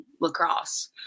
lacrosse